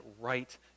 right